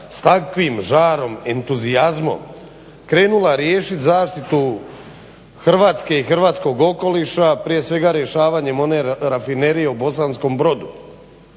s takvim žarom, entuzijazmom krenula riješiti zaštitu Hrvatske i hrvatskog okoliša prije svega rješavanjem one rafinerije u Bosanskom Brodu,